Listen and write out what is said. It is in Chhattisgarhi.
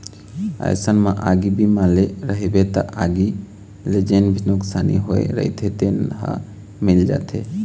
अइसन म आगी बीमा ले रहिबे त आगी ले जेन भी नुकसानी होय रहिथे तेन ह मिल जाथे